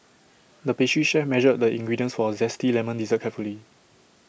the pastry chef measured the ingredients for A Zesty Lemon Dessert carefully